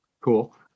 cool